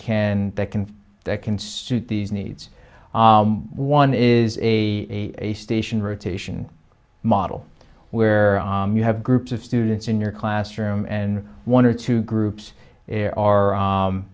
can that can that can suit these needs one is a station rotation model where you have groups of students in your classroom and one or two groups